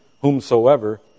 whomsoever